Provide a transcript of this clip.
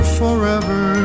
forever